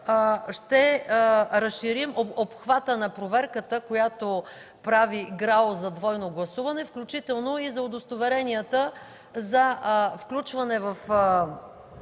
ще разширим обхвата на проверката, която прави ГРАО за двойно гласуване, включително и за удостоверенията за изключване от